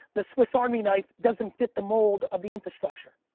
the swiss army knife doesn't fit the mold of the infrastructure.